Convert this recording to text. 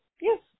Yes